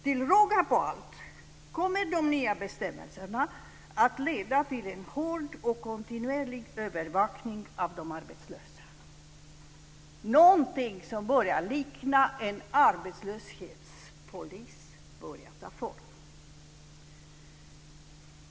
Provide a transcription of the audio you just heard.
Till råga på allt kommer de nya bestämmelserna att leda till en hård och kontinuerlig övervakning av de arbetslösa. Någonting som liknar en arbetslöshetspolis börjar ta form.